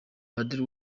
padiri